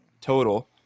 total